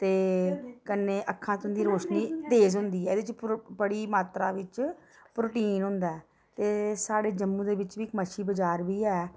ते कन्नै अक्खां तुंदी रोशनी तेज़ होंदी ऐ एह्दे च पूरा बड़ी मात्रा बिच्च प्रोटीन होंदा ते साढ़े जम्मू च दे बिच्च बी इक मच्छी बजार बी ऐ